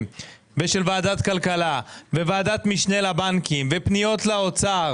ושל ועדת כלכלה וועדת משנה לבנקים ופניות לאוצר